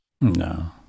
no